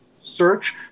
search